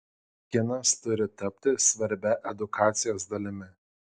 kinas turi tapti svarbia edukacijos dalimi